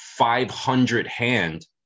500-hand